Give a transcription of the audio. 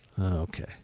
Okay